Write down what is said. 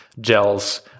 gels